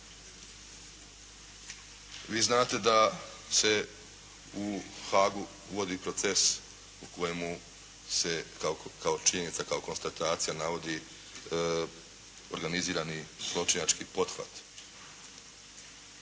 Vi znate da se u Haagu vodi proces u kojemu se kao činjenica, kao konstatacija navodi organizirani zločinački pothvat